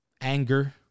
anger